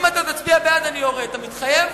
אם אתה תצביע בעד, אני יורד, אתה מתחייב?